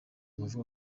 abavuga